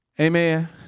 Amen